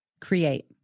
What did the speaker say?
Create